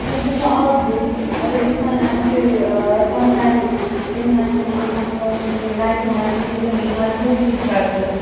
سۄ چھِ سُہ اَکھ بُک اگر اِنسان آسہِ سَمٹایمٕز اِنسان چھِنہٕ آسان خۄش کِہیٖنۍ لایفہِ منٛز چھِ یِوٲنی ہرکٲنٛسہِ سٹرٛگلٕز